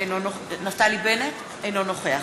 אינו נוכח